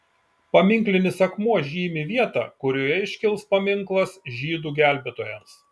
paminklinis akmuo žymi vietą kurioje iškils paminklas žydų gelbėtojams